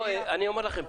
אני אומר לכם,